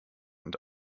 und